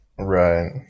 Right